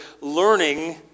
learning